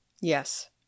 Yes